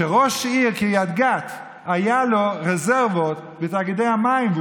שלראש עיר קריית גת היו רזרבות בתאגידי המים,